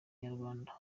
nyarwanda